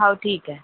हो ठीक आहे